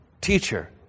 Teacher